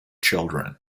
children